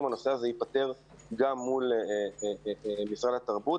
הנושא הזה ייפתר גם מול משרד התרבות,